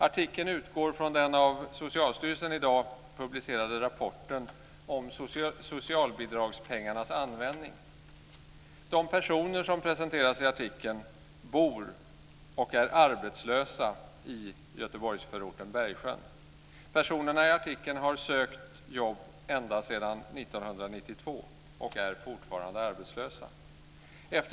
Artikeln utgår från den av Socialstyrelsen i dag publicerade rapporten om socialbidragspengarnas användning. De personer som presenteras i artikeln är arbetslösa och bor i Göteborgsförorten Bergsjön. Personerna i artikeln har sökt jobb ända sedan 1992 och är fortfarande arbetslösa.